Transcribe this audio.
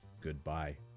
Goodbye